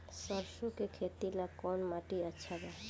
सरसों के खेती ला कवन माटी अच्छा बा?